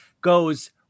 goes